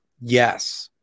Yes